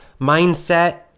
mindset